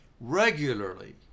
regularly